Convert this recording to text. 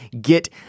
Get